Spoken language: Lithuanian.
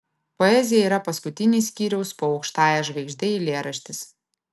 poezija yra paskutinis skyriaus po aukštąja žvaigžde eilėraštis